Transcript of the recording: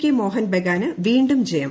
K മോഹൻ ബഗാന് വീണ്ടും ജയം